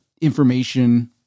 information